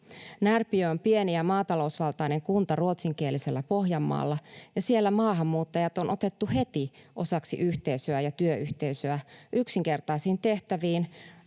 Närpiö on pieni ja maatalousvaltainen kunta ruotsinkielisellä Pohjanmaalla, ja siellä maahanmuuttajat on otettu heti osaksi yhteisöä ja työyhteisöä yksinkertaisiin tehtäviin,